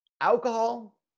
alcohol